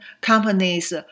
companies